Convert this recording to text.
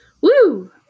Woo